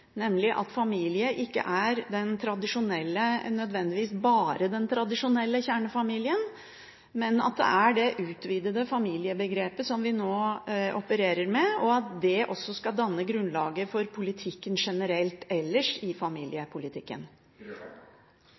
nemlig at «familie» ikke nødvendigvis bare er den tradisjonelle kjernefamilien, men at det er det utvidede familiebegrepet som vi nå opererer med, og at dét skal danne grunnlaget for politikken generelt også ellers i familiepolitikken.